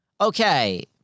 Okay